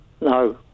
No